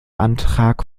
antrag